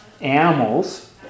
animals